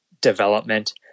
development